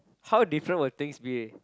how different will things be